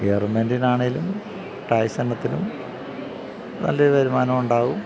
ഗവർമെൻറിനാണെങ്കിലും tax ഇനത്തിലും നല്ലയൊരു വരുമാനമുണ്ടാകും